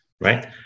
right